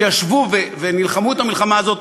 שישבו ונלחמו את המלחמה הזאת,